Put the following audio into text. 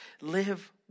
Live